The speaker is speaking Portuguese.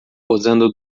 posando